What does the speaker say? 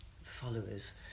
followers